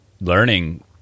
learning